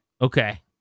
Okay